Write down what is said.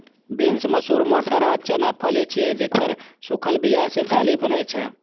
beans, मसूर, मटर आ चना फली छियै, जेकर सूखल बिया सं दालि बनै छै